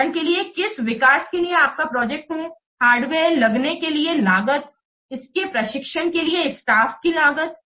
उदाहरण के लिए किस विकास के लिए आपका प्रोजेक्ट है हार्डवेयर लगाने के लिए लागत इसके प्रशिक्षण के लिए स्टाफ की लागत